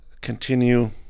continue